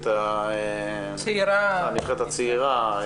הנבחרת הצעירה?